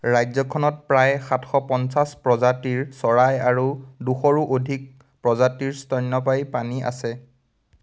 ৰাজ্যখনত প্ৰায় সাতশ পঞ্চাছ প্ৰজাতিৰ চৰাই আৰু দুশৰো অধিক প্ৰজাতিৰ স্তন্যপায়ী প্ৰাণী আছে